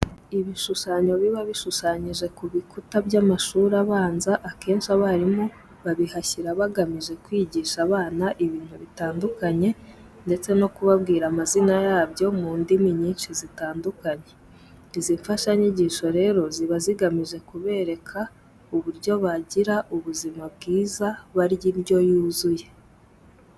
Ibishushanyo biba bishushanyije ku bikuta by'amashuri abanza akenshi abarimu babihashyira bagamije kwigisha abana ibintu bitandukanye ndetse no kubabwira amazina yabyo mu ndimi nyinshi zitandukanye. Izi mfashanyigisho rero ziba zigamije kubereka uburyo bagira ubuzima bwiza barya indyo yuzuye.